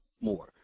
more